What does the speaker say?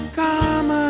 come